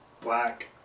black